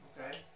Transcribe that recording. Okay